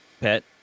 pet